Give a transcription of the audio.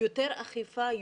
יותר אכיפה,